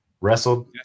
Wrestled